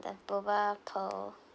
the boba pearl